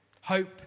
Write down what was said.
hope